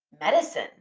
medicine